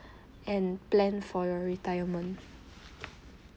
and plan for your retirement